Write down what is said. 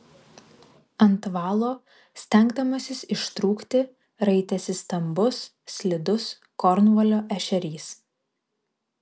ant valo stengdamasis ištrūkti raitėsi stambus slidus kornvalio ešerys